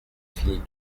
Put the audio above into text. finit